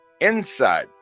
Inside